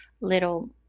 little